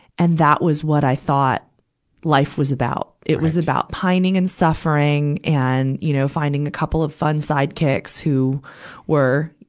and that was what i thought life was about. it was about pining and suffering and, you know, finding the couple of fun sidekicks who were,